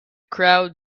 crowd